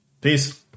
peace